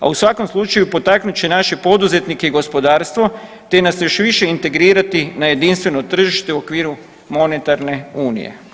A u svakom slučaju potaknut će naše poduzetnike i gospodarstvo, te nas još više integrirati na jedinstveno tržište u okviru monetarne unije.